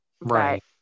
Right